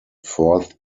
fourth